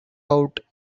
out